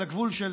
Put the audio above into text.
על הגבול של,